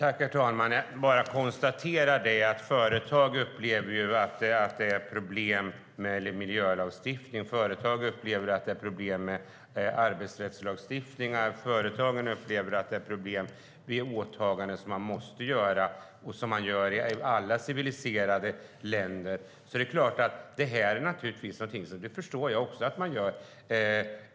Herr talman! Jag bara konstaterar att företag upplever att det är problem med miljölagstiftning. Företag upplever att det är problem med arbetsrättslagstiftning. Företag upplever att det är problem med åtaganden man måste göra och som man gör i alla civiliserade länder. Det är alltså klart att man upplever detta som ett problem, och det förstår jag att man gör.